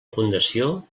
fundació